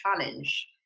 challenge